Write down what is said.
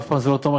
אף פעם זה לא טוב.